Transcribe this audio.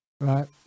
right